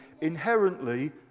inherently